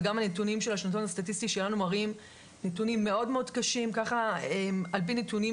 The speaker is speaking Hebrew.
וגם הנתונים של השנתון הסטטיסטי שלנו מראים נתונים מאוד קשים על פי נתונים